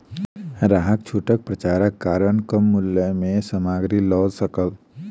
ग्राहक छूटक पर्चाक कारण कम मूल्य में सामग्री लअ सकल